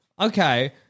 Okay